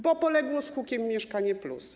Bo poległo z hukiem Mieszkanie+.